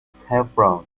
saffron